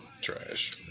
trash